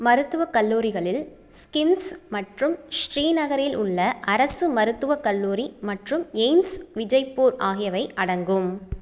மருத்துவக் கல்லூரிகளில் ஸ்கிம்ஸ் மற்றும் ஸ்ரீநகரில் உள்ள அரசு மருத்துவக் கல்லூரி மற்றும் எய்ம்ஸ் விஜய்பூர் ஆகியவை அடங்கும்